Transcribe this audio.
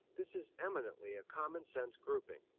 this is eminently a common sense grouping.